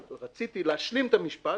רציתי להשלים את המשפט,